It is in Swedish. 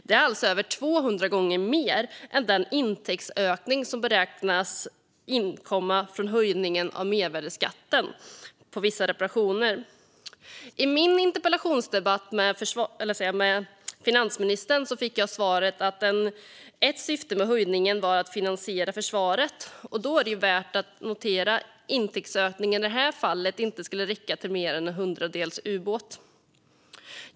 Det är alltså över 200 gånger mer än den intäktsökning som beräknas komma från höjningen av mervärdesskatten på vissa reparationer. I min interpellationsdebatt med finansministern fick jag svaret att ett syfte med höjningen var att finansiera försvaret. Då är det värt att notera att intäktsökningen i det här fallet inte skulle räcka till mer än en hundradels ubåt.